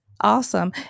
awesome